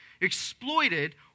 exploited